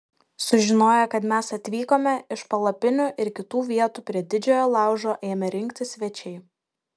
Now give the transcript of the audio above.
sužinoję kad mes atvykome iš palapinių ir kitų vietų prie didžiojo laužo ėmė rinktis svečiai